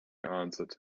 answered